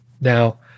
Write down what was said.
Now